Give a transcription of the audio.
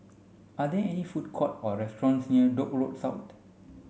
are there any food court or restaurants near Dock Road South